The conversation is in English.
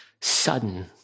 sudden